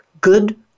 good